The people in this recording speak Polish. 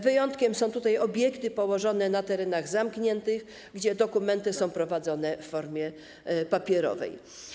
Wyjątkiem są obiekty położone na terenach zamkniętych, gdzie dokumenty są prowadzone w formie papierowej.